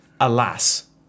Alas